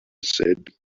said